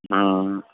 हँ